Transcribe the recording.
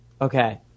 Okay